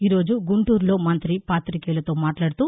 ఈ రోజు గుంటూరులో మంత్రి పాతికేయులతో మాట్లాడుతూ